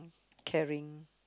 caring